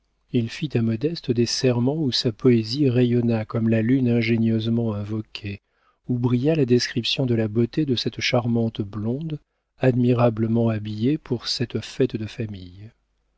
il fit à modeste des serments où sa poésie rayonna comme la lune ingénieusement invoquée où brilla la description de la beauté de cette charmante blonde admirablement habillée pour cette fête de famille